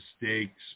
mistakes